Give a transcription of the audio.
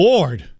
Lord